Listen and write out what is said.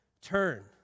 turn